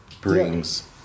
brings